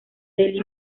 daily